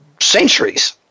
centuries